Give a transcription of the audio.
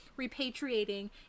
Repatriating